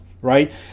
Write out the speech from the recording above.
right